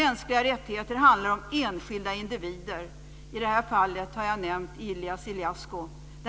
Mänskliga rättigheter handlar om enskilda individer. I det här fallet har jag nämnt Ilie Ilascu.